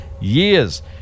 Years